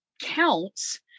counts